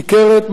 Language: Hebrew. ניכרת,